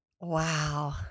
Wow